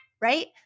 right